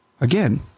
Again